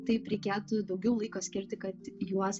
taip reikėtų daugiau laiko skirti kad juos